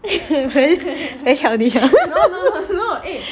very childish hor